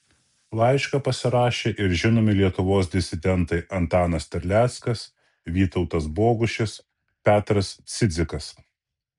laišką pasirašė ir žinomi lietuvos disidentai antanas terleckas vytautas bogušis petras cidzikas